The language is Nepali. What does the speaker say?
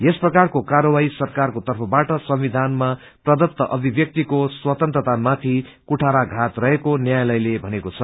यस प्रकारको कार्यवाही सरकारको तर्फबाट संविधानमा प्रदत्त अभिव्यक्तिको स्वतन्त्रतामाथि कुठाराघात रहेको न्यायालयले भनेको छ